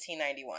1891